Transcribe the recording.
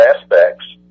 aspects